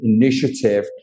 initiative